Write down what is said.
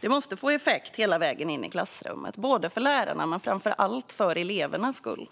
Det här måste få effekt hela vägen in i klassrummet, för lärarnas skull men framför allt för elevernas skull.